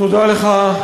אתה צודק.